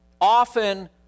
often